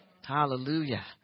Hallelujah